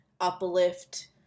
uplift